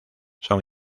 son